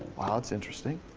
wow, that's interesting.